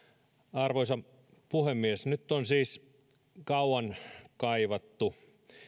arvoisa puhemies nyt on siis käsittelyssä kauan kaivattu